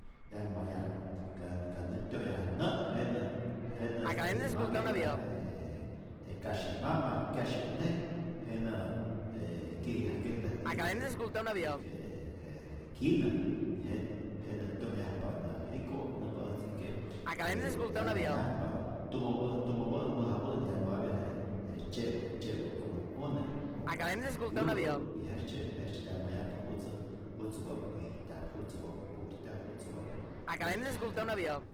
'Yanhmapya ka nä tyo'nhyaj nä', jenä jenä este manhke'ta je je je kasyi mama kyasyi'uneji'k, jenä e kyijyajke'ta tyi'yäk tyi'yäk je je je kyinä, je jenä tyo'nhyajpa nä, jiko nämpa äjtzi que e 'yanhmayajpa, tumäpä' tumäpä' mäjapä' 'yanhmapya je je tzye'pä tzye'pä kopän'une' o je je 'yune y jejtzye jejtzye 'yanhmayajpa jutzä jutzä wa'ku ijtyaju, jutzä wa'ku ku'tyaju, jutzä wa'ku myetzyaj kyu'tku.